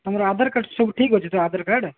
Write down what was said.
ତୁମର ଆଧାର କାର୍ଡ଼ ସବୁ ଠିକ୍ ଅଛି ତ ଆଧାର କାର୍ଡ଼